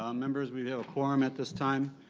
um members we have a quorum at this time.